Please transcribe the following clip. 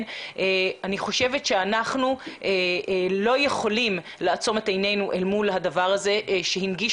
ואני חושבת שאנחנו לא יכולים לעצום את עינינו אל מול הדבר הזה שהנגיש